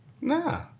nah